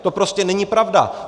To prostě není pravda!